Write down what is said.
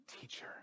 teacher